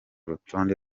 rutonde